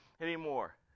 anymore